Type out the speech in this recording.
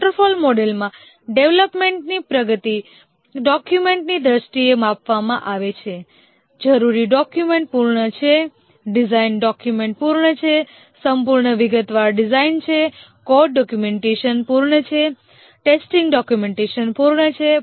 waterfall મોડેલમાં ડેવલપમેન્ટની પ્રગતિ ડોક્યુમેન્ટ્સની દ્રષ્ટિએ માપવામાં આવે છે જરૂરી ડોક્યુમેન્ટ પૂર્ણ છે ડિઝાઇન ડોક્યુમેન્ટ પૂર્ણ છે સંપૂર્ણ વિગતવાર ડિઝાઇન છે કોડ ડોક્યુમેન્ટેશન પૂર્ણ છે ટેસ્ટિંગ ડોક્યુમેન્ટેશન પૂર્ણ છે